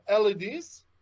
LEDs